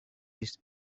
these